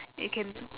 and can